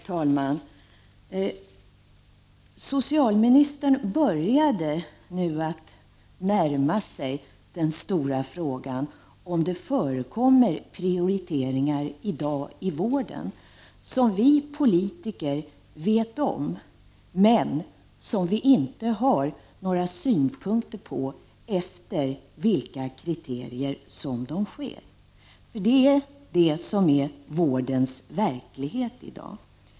Herr talman! Socialministern börjar nu närma sig den stora frågan, om det i dag inom sjukvården förekommer prioriteringar som vi politiker känner till, men där vi inte har några synpunkter på vilka kriterier det är fråga om. Det är detta som är vårdens verklighet i dag.